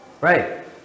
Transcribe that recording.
Right